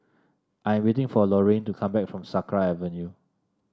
I am waiting for Lorayne to come back from Sakra Avenue